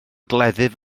gleddyf